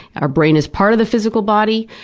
our brain is part of the physical body,